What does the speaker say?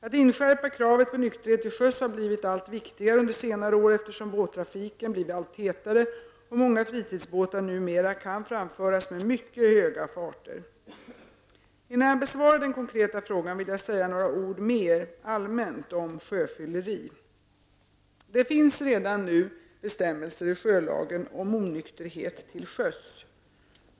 Att inskärpa kravet på nykterhet till sjöss har blivit allt viktigare under senare år, eftersom båttrafiken blivit allt tätare och många fritidsbåtar numera kan framföras med mycket höga farter. Innan jag besvarar den konkreta frågan, vill jag säga några ord mer allmänt om sjöfylleri. Det finns redan nu bestämmelser i sjölagen om onykterhet till sjöss.